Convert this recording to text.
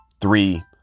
three